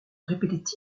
répétait